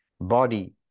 Body